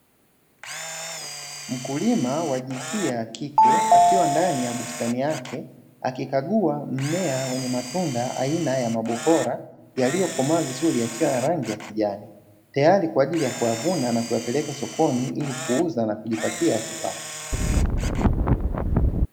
Mkulima wa njinsia ya kike akiwa ndani ya bustani yake akikagua mmea wenye matunda aina ya mabohora yaliyokomaa vizuri yakiwa na rangi ya kijani tayari kwa ajili ya kuyavuna na kuyapeleka sokoni ili kuuza na kujipatia kipato.